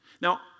Now